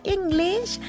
English